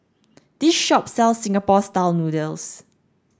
this shop sells Singapore style noodles